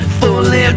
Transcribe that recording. fully